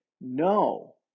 no